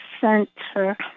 center